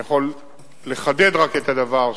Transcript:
אני יכול לחדד רק את הדבר,